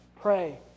pray